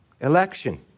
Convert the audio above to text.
election